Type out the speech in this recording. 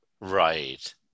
Right